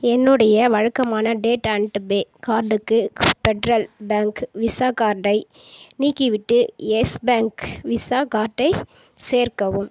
என்னுடைய வழக்கமான date and pay கார்டுக்கு ஸ்பெட்ரல் பேங்க் விசா கார்டை நீக்கிவிட்டு எஸ் பேங்க் விசா கார்டை சேர்க்கவும்